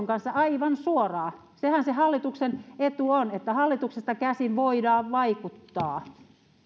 kanssa aivan suoraan sehän se hallituksen etu on että hallituksesta käsin voidaan vaikuttaa